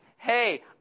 Hey